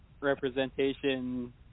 representation